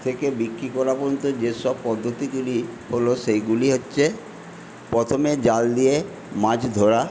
থেকে বিক্রি করা পর্যন্ত যেসব পদ্ধতিগুলি হল সেইগুলি হচ্ছে প্রথমে জাল দিয়ে মাছ ধরা